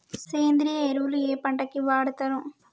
సేంద్రీయ ఎరువులు ఏ పంట కి వాడుతరు?